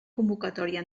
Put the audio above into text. convocatòria